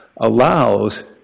allows